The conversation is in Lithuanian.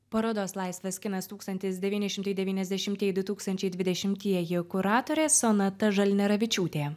parodos laisvas kinas tūkstantis devyni šimtai devyniasdešimtieji du tūkstančiai dvidešimtieji kuratorė sonata žalneravičiūtė